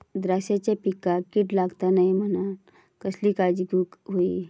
द्राक्षांच्या पिकांक कीड लागता नये म्हणान कसली काळजी घेऊक होई?